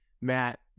Matt